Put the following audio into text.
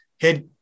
head